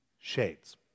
Shades